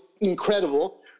incredible